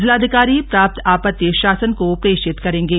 जिलाधिकारी प्राप्त आपत्ति शासन को प्रेषित करेंगे